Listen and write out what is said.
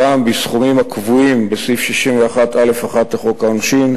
בסעיף 61א1 לחוק העונשין,